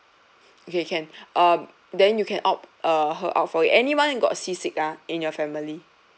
okay can um then you can opt uh her out for anyone got seasick ah in your family